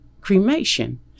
cremation